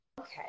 Okay